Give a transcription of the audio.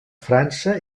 frança